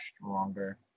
stronger